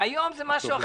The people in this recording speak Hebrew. היום זה משהו אחר.